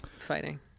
fighting